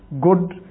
good